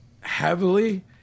heavily